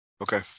Okay